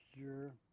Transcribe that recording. Sure